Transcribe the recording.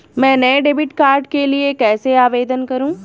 मैं नए debit card के लिए कैसे आवेदन करूं?